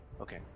okay